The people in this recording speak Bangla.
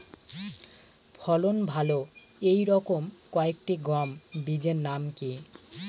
ফলন ভালো এই রকম কয়েকটি গম বীজের নাম কি?